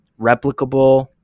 replicable